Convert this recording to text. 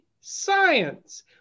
science